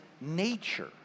nature